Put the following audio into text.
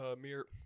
mirror